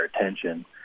attention